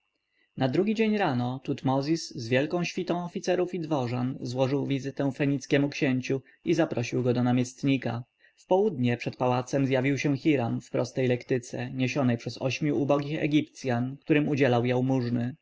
na drugi dzień rano tutmozis z wielką świtą oficerów i dworzan złożył wizytę fenickiemu księciu i zaprosił go do namiestnika w południe przed pałacem zjawił się hiram w prostej lektyce niesionej przez ośmiu ubogich egipcjan którym udzielał